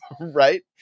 right